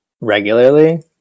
regularly